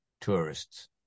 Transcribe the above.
tourists